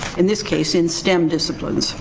in this case, in stem disciplines.